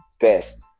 best